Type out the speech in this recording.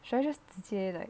she just 直接 like